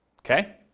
Okay